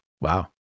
Wow